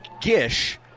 Gish